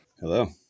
Hello